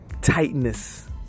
Tightness